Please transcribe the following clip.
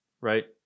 right